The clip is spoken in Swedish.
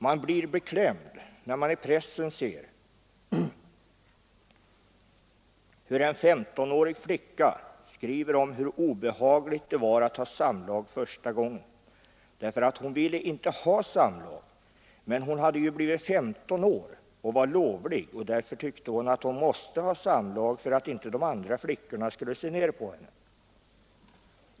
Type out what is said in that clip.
Man blir beklämd när man i pressen ser hur en 1S-årig flicka skriver om hur obehagligt det var att ha samlag första gången, därför att hon inte ville ha samlag, men hon hade ju blivit 15 år och var ”lovlig”, och därför tyckte hon att hon måste ha samlag för att inte de andra flickorna skulle se ner på henne.